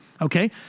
Okay